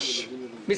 86. רגע, רגע.